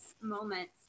moments